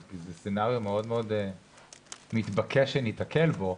כי זה סצנריו מאוד מאוד מתבקש שניתקל בו,